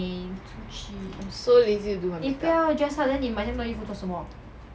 so lazy to do my makeup